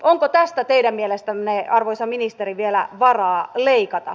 onko tästä teidän mielestänne arvoisa ministeri vielä varaa leikata